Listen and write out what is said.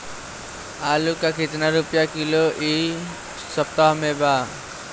आलू का कितना रुपया किलो इह सपतह में बा?